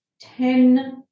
ten